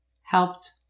helped